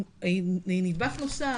נדבך נוסף,